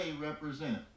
represent